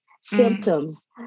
symptoms